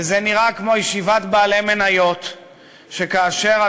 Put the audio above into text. וזה נראה כמו ישיבת בעלי מניות כאשר על